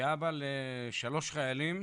כאבא לשלושה חיילים,